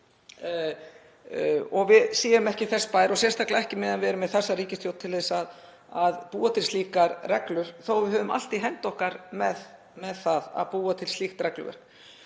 að við séum ekki þess bær, sérstaklega ekki meðan við erum með þessa ríkisstjórn, til að búa til slíkar reglur þó að við höfum allt í hendi okkar með það að búa til slíkt regluverk.